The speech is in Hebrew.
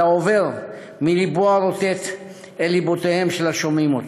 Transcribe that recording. העובר מלבו הרוטט אל לבותיהם של השומעים אותו.